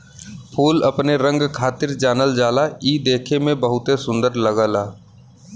फूल अपने रंग खातिर जानल जाला इ देखे में बहुते सुंदर लगला